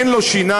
אין לו שיניים,